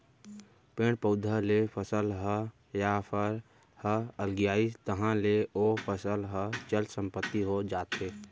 पेड़ पउधा ले फसल ह या फर ह अलगियाइस तहाँ ले ओ फसल ह चल संपत्ति हो जाथे